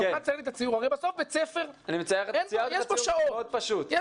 בסוף הרי בית ספר, יש פה שעות.